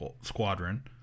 Squadron